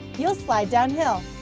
you'll slide downhill.